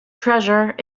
treasure